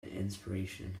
inspiration